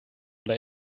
oder